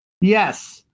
Yes